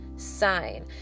sign